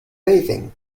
bathing